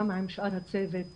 גם עם שאר הצוות,